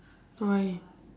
why